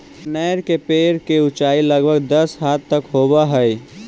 कनेर के पेड़ के ऊंचाई लगभग दस हाथ तक होवऽ हई